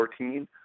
2014